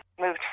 moved